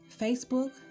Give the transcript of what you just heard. Facebook